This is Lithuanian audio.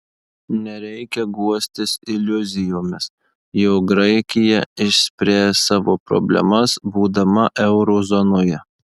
nereikia guostis iliuzijomis jog graikija išspręs savo problemas būdama euro zonoje